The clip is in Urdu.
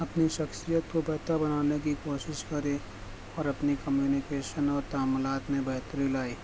اپنی شخصیت کو بہتر بنانے کی کوشش کرے اور اپنے کمیونیکیشن اور تعاملات میں بہتری لائے